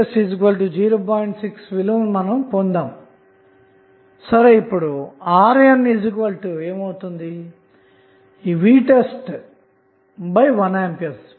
6V విలువను పొందామన్నమాట ఇప్పుడు RNvtest1A0